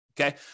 okay